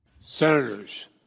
Senators